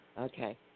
Okay